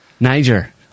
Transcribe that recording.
Niger